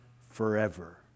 forever